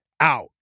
out